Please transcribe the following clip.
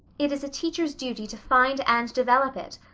it is a teacher's duty to find and develop it.